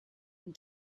and